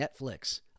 Netflix